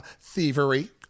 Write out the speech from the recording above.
thievery